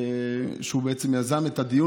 בשל העובדה שהוא מסכן את מקור